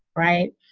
right.